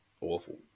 awful